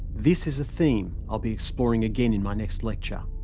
this is a theme i'll be exploring again in my next lecture.